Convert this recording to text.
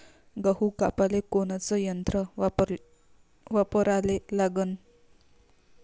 गहू कापाले कोनचं यंत्र वापराले लागन?